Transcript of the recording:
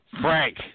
Frank